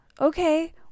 okay